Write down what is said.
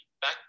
back